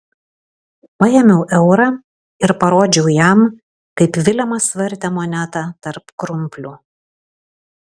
paėmiau eurą ir parodžiau jam kaip vilemas vartė monetą tarp krumplių